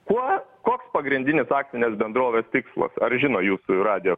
kuo koks pagrindinis akcinės bendrovės tikslas ar žino jūsų radijo